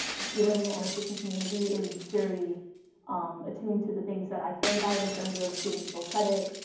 feeling in the annotation community is very um attuned to the things that i care about, in terms of giving people credit,